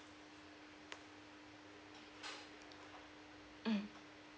mm